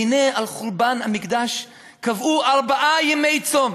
והנה, על חורבן המקדש קבעו ארבעה ימי צום: